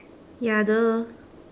ya !duh!